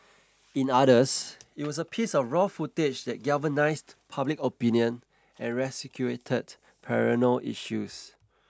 in others it was a piece of raw footage that galvanised public opinion and resuscitated perennial issues